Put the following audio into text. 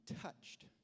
touched